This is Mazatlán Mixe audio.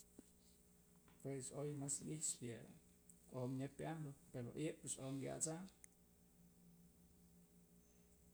Juech oy mas i'ixpë yë om nyep ambyë ayëpyëch om kyacham.